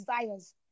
desires